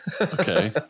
Okay